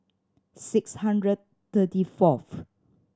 six hundred thirty fourth